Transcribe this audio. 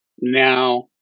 now